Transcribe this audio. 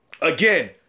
again